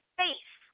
face